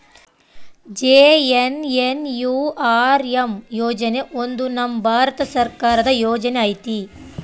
JNNURM ಯೋಜನೆ ಒಂದು ನಮ್ ಭಾರತ ಸರ್ಕಾರದ ಯೋಜನೆ ಐತಿ